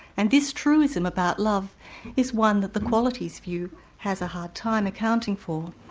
and this truism about love is one that the quality's view has a hard time accounting for.